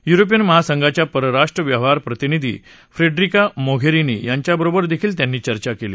European महासंघाच्या परराष्ट्र व्यवहार प्रतिनिधी फ्खिरिका मोघस्तिी यांच्या बरोबर दखील त्यांनी चर्चा कली